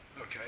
okay